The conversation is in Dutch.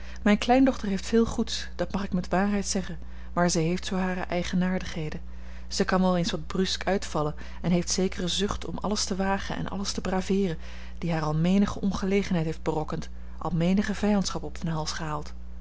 mijne kleindochter heeft veel goeds dat mag ik met waarheid zeggen maar zij heeft zoo hare eigenaardigheden zij kan wel eens wat brusk uitvallen en heeft zekere zucht om alles te wagen en alles te braveeren die haar al menige ongelegenheid heeft berokkend al menige vijandschap op den hals gehaald